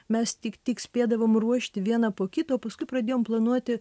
mes tik tik spėdavom ruošti vieną po kito paskui pradėjom planuoti